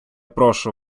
прошу